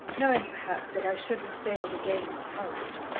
knowing, perhaps, that i should have failed again in courage.